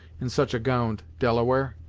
in such a gownd, delaware!